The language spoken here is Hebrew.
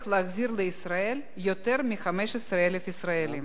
להחזיר לישראל יותר מ-15,000 ישראלים.